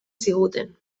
ziguten